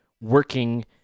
working